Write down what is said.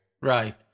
Right